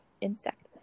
insect